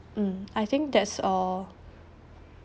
mm I think that's all